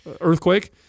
earthquake